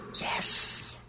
Yes